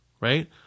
right